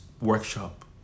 workshop